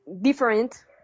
different